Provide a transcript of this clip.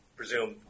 presume